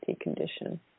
condition